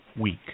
week